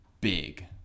big